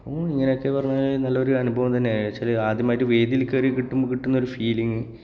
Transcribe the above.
ഇങ്ങനെയൊക്കെ പറഞ്ഞാൽ നല്ല ഒരു അനുഭവം തന്നെയാണ് എന്നു വച്ചാൽ ആദ്യമായിട്ട് വേദിയിൽ കേറിയിട്ട് കിട്ടുമ്പോൾ കിട്ടുന്ന ഒരു ഫീലിംഗ്